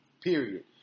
period